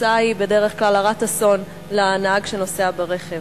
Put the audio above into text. בדרך כלל התוצאה היא הרת אסון לנהג שנוסע ברכב.